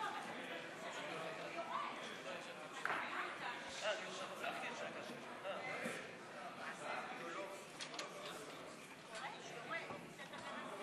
לעניין הצעת חוק הטבות ברכישת דירה יד שנייה לזכאים לרכישת דירה בתוכנית